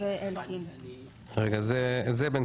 את מס